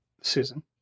Susan